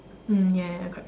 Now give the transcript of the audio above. mm ya ya correct correct